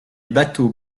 bateaux